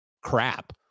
crap